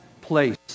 place